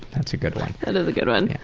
that's a good one. that is a good one.